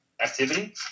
activity